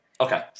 Okay